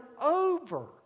over